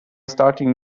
starting